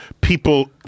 People